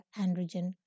androgen